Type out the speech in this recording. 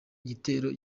gitero